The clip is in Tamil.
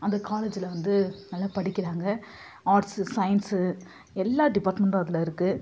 அந்த காலேஜில் வந்து நல்லா படிக்கிறாங்க ஆர்ட்ஸு சயின்ஸு எல்லாம் டிபார்ட்மெண்ட்டும் அதில் இருக்குது